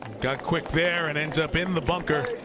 got quick there and ends up in the bunker.